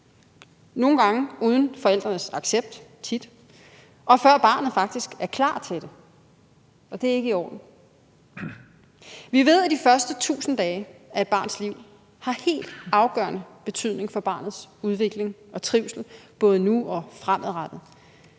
eller tit – uden forældrenes accept, og før barnet faktisk er klar til det, og det er ikke i orden. Vi ved, at de første 1.000 dage af et barns liv har helt afgørende betydning for barnets udvikling og trivsel, både nu og fremadrettet.